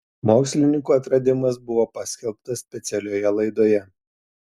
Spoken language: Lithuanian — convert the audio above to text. mokslininkų atradimas buvo paskelbtas specialioje laidoje